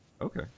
okay